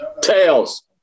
Tails